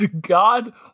God